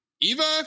Eva